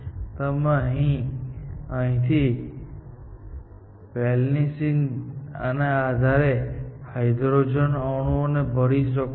તમે અહીંની વેલેન્સીના આધારે હાઇડ્રોજન અણુઓને ભરી શકો છો